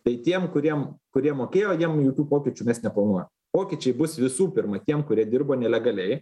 tai tiem kuriem kurie mokėjo jiem jokių pokyčių mes neplanuojam pokyčiai bus visų pirma tiem kurie dirbo nelegaliai